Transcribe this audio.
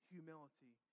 Humility